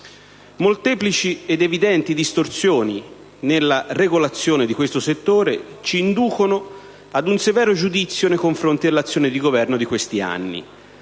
Molteplici ed evidenti distorsioni nella regolazione di questo settore ci inducono ad un severo giudizio nei confronti dell'azione di Governo di questi anni.